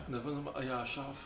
doesn't !aiya! shaft